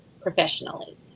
professionally